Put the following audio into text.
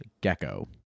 gecko